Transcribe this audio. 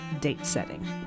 date-setting